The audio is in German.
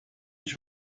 ich